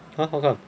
ha how come